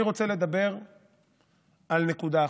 אני רוצה לדבר על נקודה אחת,